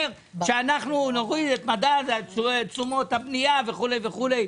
"אנחנו נוריד את מדד תשומות הבנייה" וכו' וכו'.